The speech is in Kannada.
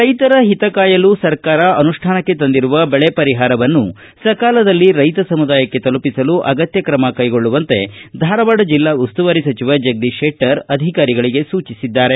ರೈತರ ಹಿತಕಾಯಲು ಸರ್ಕಾರ ಅನುಷ್ಠಾನಕ್ಕೆ ತಂದಿರುವ ಬೆಳೆ ಪರಿಹಾರವನ್ನು ಸಕಾಲದಲ್ಲಿ ರೈತ ಸಮುದಾಯಕ್ಕೆ ತಲುಪಿಸಲು ಅಗತ್ತ ಕ್ರಮ ಕ್ಟೆಗೊಳ್ಳುವಂತೆ ಧಾರವಾಡ ಜಿಲ್ಲಾ ಉಸ್ತುವಾರಿ ಸಚಿವ ಜಗದೀಶ ಶೆಟ್ಟರ್ ಅಧಿಕಾರಿಗಳಿಗೆ ಸೂಚಿಸಿದ್ದಾರೆ